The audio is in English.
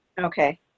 Okay